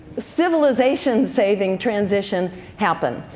civilization saving transition happened.